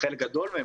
חלק גדול מהם,